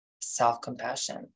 self-compassion